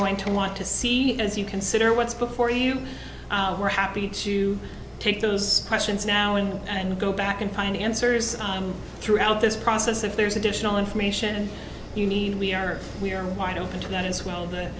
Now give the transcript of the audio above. going to want to see as you consider what's before you were happy to take those questions now and and go back and find answers throughout this process if there's additional information you need we are we are wide open to that as well that